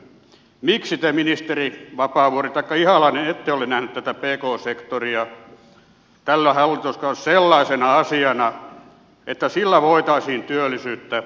miksi te ministerit vapaavuori taikka ihalainen ette ole nähneet pk sektoria tällä hallituskaudella sellaisena asiana että sillä voitaisiin työllisyyttä lisätä